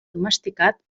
domesticat